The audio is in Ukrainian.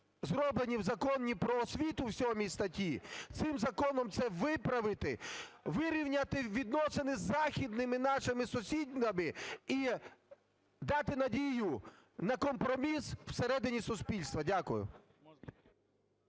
зроблені в Законі "Про освіту" в 7 статті, цим законом це виправити, вирівняти відносини із західними нашими сусідами і дати надію на компроміс всередині суспільства. Дякую.